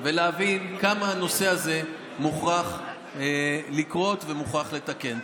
כמה הנושא הזה מוכרח לקרות ומוכרחים לתקן.